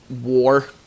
war